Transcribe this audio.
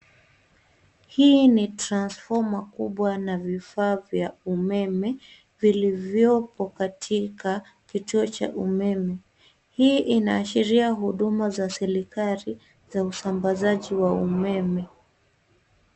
Hii ni transfoma kubwa na vifaa vya umeme vilivyopo katika kituo cha umeme. Hii inaashiria huduma za serikali za usambazaji wa umeme.